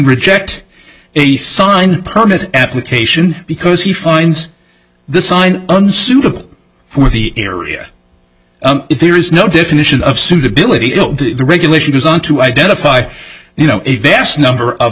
reject a sign permit application because he finds the sign unsuitable for the area if there is no definition of suitability in the regulation goes on to identify you know a vast number of